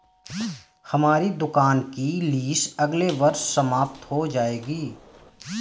हमारी दुकान की लीस अगले वर्ष समाप्त हो जाएगी